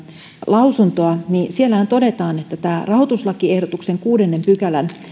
lausuntoa niin siellähän todetaan että tämä rahoituslakiehdotuksen kuudennen pykälän